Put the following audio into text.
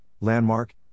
landmark